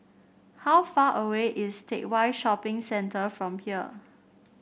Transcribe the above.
how far away is Teck Whye Shopping Centre from here